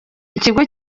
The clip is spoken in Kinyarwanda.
ikigo